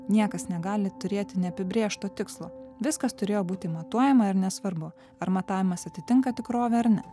niekas negali turėti neapibrėžto tikslo viskas turėjo būti matuojama ir nesvarbu ar matavimas atitinka tikrovę ar ne